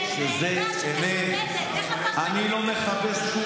הפריבילג משוהם יושב בווילה, מבסוט על החיים